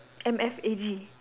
M_F_A_G